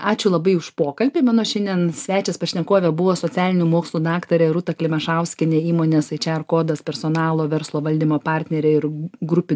ačiū labai už pokalbį mano šiandien svečias pašnekovė buvo socialinių mokslų daktarė rūta klimašauskienė įmonės aičerkodas personalo verslo valdymo partnerė ir grupi